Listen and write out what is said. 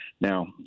Now